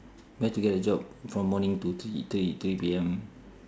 where to get a job from morning to three three three P_M